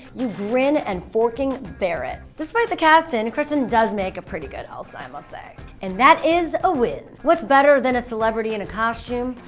you grin and forking bear it. despite the casting, kristen does make a pretty good elsa i must say. and that is a win! what's better than a celebrity in a costume?